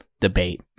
debate